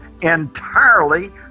entirely